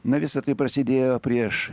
na visa tai prasidėjo prieš